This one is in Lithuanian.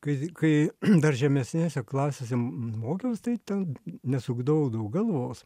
kai kai dar žemesnėse klasėse mokiaus tai ten nesukdavau daug galvos